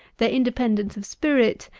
their independence of spirit,